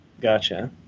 gotcha